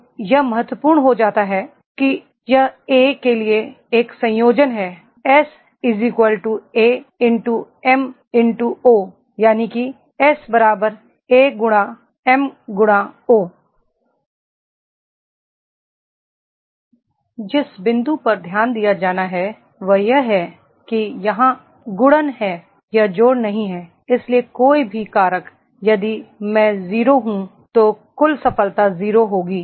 तो यह बहुत महत्वपूर्ण हो जाता है कि यह ए के लिए एक संयोजन है एस ए × एम × ओ जिस बिंदु पर ध्यान दिया जाना है वह यह है कि यहां गुणन है यह जोड़ नहीं है इसलिए कोई भी कारक यदि मैं 0 पर हूं तो कुल सफलता 0 होगी